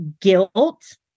guilt